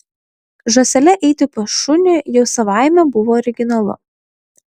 žąsele eiti pas šunį jau savaime buvo originalu